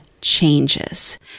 changes